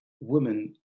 women